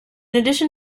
addition